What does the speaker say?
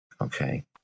Okay